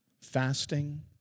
fasting